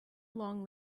long